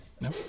No